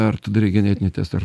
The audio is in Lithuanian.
ar tu darei genetinį testą